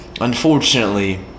unfortunately